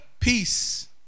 peace